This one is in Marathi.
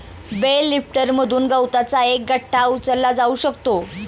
बेल लिफ्टरमधून गवताचा एक गठ्ठा उचलला जाऊ शकतो